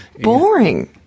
boring